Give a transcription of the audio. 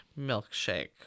milkshake